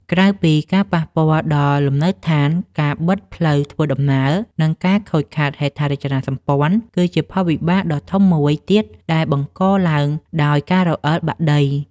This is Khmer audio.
ក្រៅពីការប៉ះពាល់ដល់លំនៅដ្ឋាន ការបិទផ្លូវធ្វើដំណើរ និងការខូចខាតហេដ្ឋារចនាសម្ព័ន្ធ គឺជាផលវិបាកដ៏ធំមួយទៀតដែលបង្កឡើងដោយការរអិលបាក់ដី។